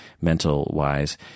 mental-wise